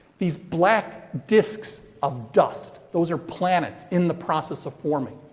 these black disks of dust. those are planets in the process of forming.